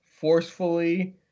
forcefully